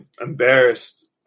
embarrassed